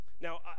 Now